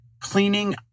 cleaning